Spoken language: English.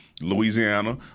Louisiana